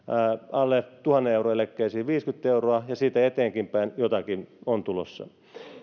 alle tuhannen euron eläkkeisiin viisikymmentä euroa ja siitä eteenkinpäin jotakin on tulossa